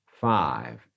five